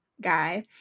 guy